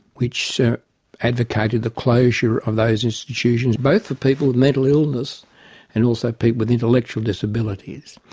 which advocated the closure of those institutions, both for people with mental illness and also people with intellectual disabilities.